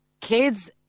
kids